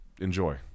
enjoy